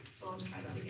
so let's try that